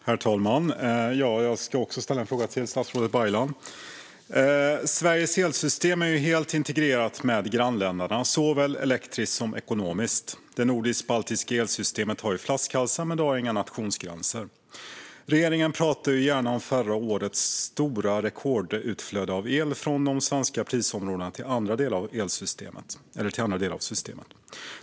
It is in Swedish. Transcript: Herr talman! Jag ska också ställa en fråga till statsrådet Baylan. Sveriges elsystem är ju helt integrerat med grannländerna såväl elektriskt som ekonomiskt. Det nordisk-baltiska elsystemet har flaskhalsar, men det har inga nationsgränser. Regeringen talar gärna om förra årets rekordstora utflöde av el från de svenska prisområdena till andra delar av systemet.